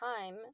time